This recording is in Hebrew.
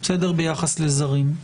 ביחס לזרים.